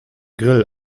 grill